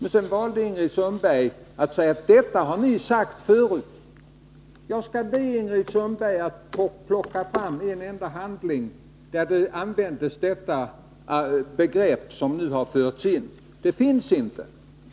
Ingrid Sundberg valde att säga: Detta har ni sagt förut. Jag skall be Ingrid Sundberg att plocka fram en enda handling där detta begrepp som nu har förts in använts. Det finns inte!